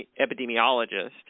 epidemiologist